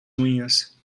unhas